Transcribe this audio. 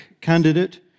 candidate